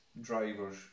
drivers